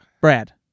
Brad